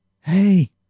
hey